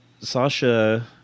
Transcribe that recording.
Sasha